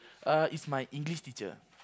uh is my English teacher